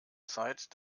zeit